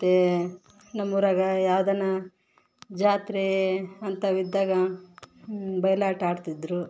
ಮತ್ತು ನಮ್ಮೂರಾಗ ಯಾವುದನ್ನಾ ಜಾತ್ರೇ ಅಂತವು ಇದ್ದಾಗ ಬಯಲಾಟ ಆಡ್ತಿದ್ರು